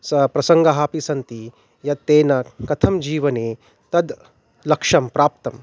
सः प्रसङ्गाः अपि सन्ति यत्तेन कथं जीवने तद् लक्षं प्राप्तम्